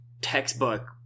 textbook